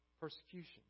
Persecution